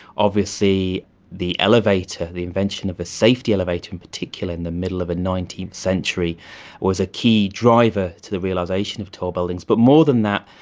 obviously the elevator, the invention of a safety elevator in particular in the middle of the and nineteenth century was a key driver to the realisation of tall buildings. but more than that,